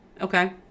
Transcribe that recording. Okay